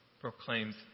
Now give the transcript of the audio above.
proclaims